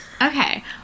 okay